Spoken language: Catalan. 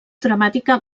dramàtica